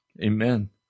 Amen